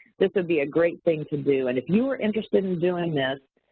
this would be a great thing to do. and if you're interested in doing this,